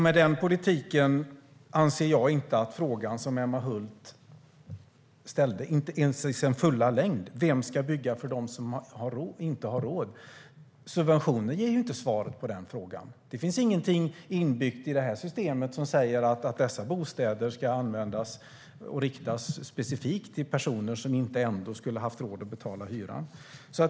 Med den politiken anser jag inte att frågan som Emma Hult ställde, inte ens i sin fulla längd - Vem ska bygga för dem som inte råd? - besvaras av subventionen. Det finns ingenting inbyggt i systemet som säger att dessa bostäder ska användas eller riktas specifikt till personer som ändå inte skulle ha råd att betala hyran.